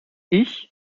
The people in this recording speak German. ich